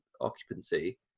occupancy